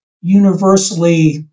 universally